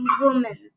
woman